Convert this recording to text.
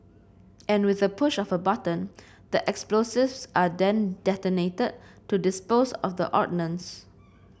and with a push of a button the explosives are then detonated to dispose of the ordnance